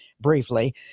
briefly